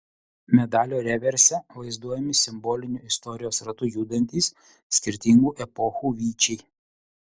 medalio reverse vaizduojami simboliniu istorijos ratu judantys skirtingų epochų vyčiai